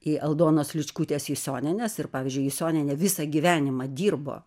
į aldonos ličkutės jusionienės ir pavyzdžiui jusionienė visą gyvenimą dirbo